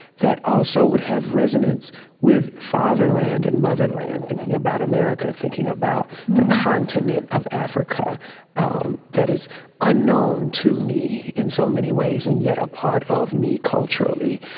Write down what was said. that also would have resonance with fatherland and motherland, thinking about america, thinking about the continent of africa um that is unknown to me in so many ways and yet a part of me culturally.